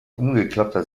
umgeklappter